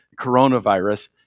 coronavirus